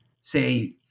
say